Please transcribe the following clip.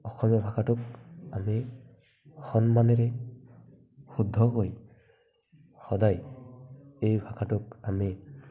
অসমীয়া ভাষাটোক আমি সন্মানেৰে শুদ্ধকৈ সদাই এই ভাষাটোক আমি